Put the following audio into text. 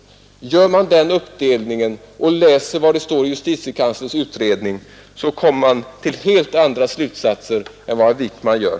Gör man den uppdelningen och går igenom materialet, kommer man till helt andra slutsatser än vad herr Wijkman gör.